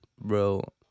bro